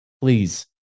Please